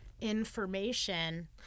information